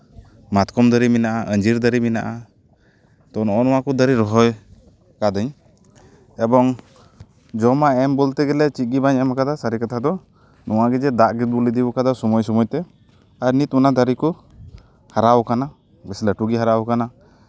ᱢᱟᱛᱠᱚᱢ ᱫᱟᱨᱮ ᱢᱮᱱᱟᱜᱼᱟ ᱟᱹᱡᱤᱨ ᱫᱟᱨᱮ ᱢᱮᱱᱟᱜᱼᱟ ᱛᱚ ᱱᱚᱜᱼᱚᱱᱟ ᱠᱚ ᱫᱟᱨᱮ ᱨᱚᱦᱚᱭ ᱠᱟᱹᱫᱟᱹᱧ ᱮᱵᱚᱝ ᱡᱚᱢᱟᱜ ᱮᱢ ᱵᱚᱞᱛᱮ ᱪᱮᱫᱜᱮ ᱵᱟᱹᱧ ᱮᱢ ᱠᱟᱫᱟ ᱥᱟᱹᱨᱤ ᱠᱟᱛᱷᱟ ᱫᱚ ᱱᱚᱣᱟ ᱜᱮ ᱡᱮ ᱫᱟᱜ ᱜᱤᱧ ᱫᱩᱞ ᱤᱫᱤ ᱠᱟᱫᱟ ᱥᱚᱢᱚᱭ ᱥᱚᱢᱚᱭᱛᱮ ᱱᱤᱛ ᱚᱱᱟ ᱫᱟᱨᱮᱠᱚ ᱦᱟᱨᱟᱣ ᱠᱟᱱᱟ ᱵᱮᱥ ᱞᱟᱹᱴᱩ ᱜᱮ ᱦᱟᱨᱟᱣ ᱠᱟᱱᱟ